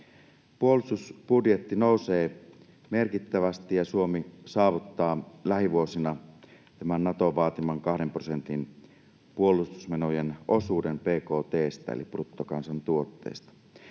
Puolustusbudjetti nousee merkittävästi, ja Suomi saavuttaa lähivuosina Naton vaatiman kahden prosentin puolustusmenojen osuuden bkt:stä eli bruttokansantuotteesta.